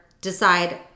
decide